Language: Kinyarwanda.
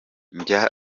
ndya